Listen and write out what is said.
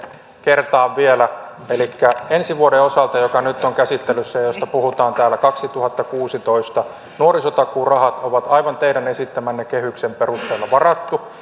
kertaan vielä elikkä ensi vuoden osalta joka nyt on käsittelyssä ja ja josta puhutaan täällä kaksituhattakuusitoista nuorisotakuurahat on aivan teidän esittämänne kehyksen perusteella varattu